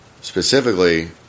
specifically